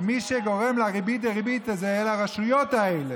ומי שגורם לריבית דריבית הזו אלו הרשויות האלה.